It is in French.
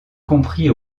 compris